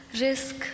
Risk